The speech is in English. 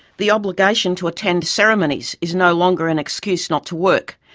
the obligation to attend ceremonies is no longer an excuse not to work,